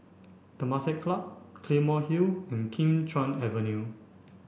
Temasek Club Claymore Hill and Kim Chuan Avenue